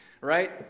right